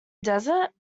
desert